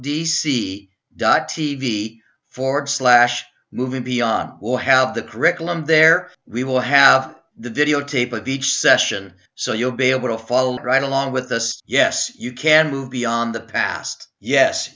d c dot tv forward slash movie on will have the curriculum there we will have the videotape of each session so you'll be able to follow right along with us yes you can move beyond the past yes